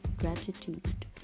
gratitude